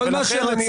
בעצמך.